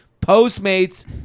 Postmates